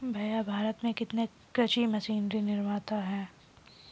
भैया भारत में कितने कृषि मशीनरी निर्माता है?